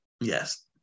Yes